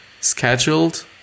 scheduled